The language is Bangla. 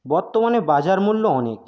বর্তমানে বাজার মূল্য অনেক